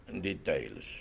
details